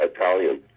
Italian